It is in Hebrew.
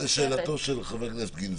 אבל לשאלתו של חבר הכנסת גינזבורג,